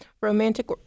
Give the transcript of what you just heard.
Romantic